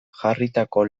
jarritako